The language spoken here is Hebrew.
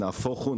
נהפוך הוא,